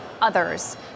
others